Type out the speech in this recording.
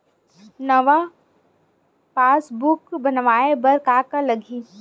नवा पासबुक बनवाय बर का का लगही?